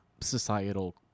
societal